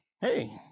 hey